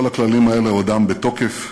כל הכללים האלה עודם בתוקף: